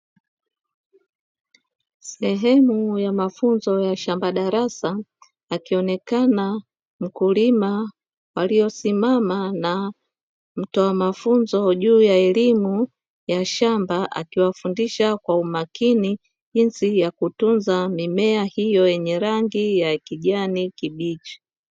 Sehemu ya mafunzo ya shamba darasa, akionekana mkulima aliyesimama na mtoa mafunzo juu ya elimu ya shamba, akiwafundisha kwa umakini jinsi ya kutunza mimea hiyo yenye rangi ya kijani kibichi.